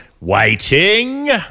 waiting